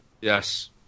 Yes